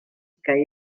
que